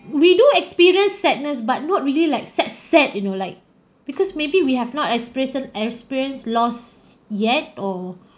we do experience sadness but not really like sad sad you know like because maybe we have not experience experience loss yet or